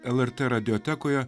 lrt radiotekoje